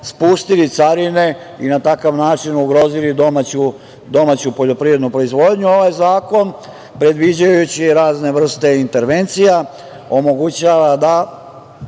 spustili carine i na takav način ugrozili domaću poljoprivrednu proizvodnju. Ovaj zakon, predviđajući razne vrste intervencija omogućava da